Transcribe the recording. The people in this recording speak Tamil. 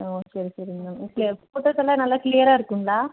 சரி சரி மேம் ஃபோட்டோஸ் எல்லாம் நல்லா கிளியராக இருக்குங்களா